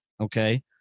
Okay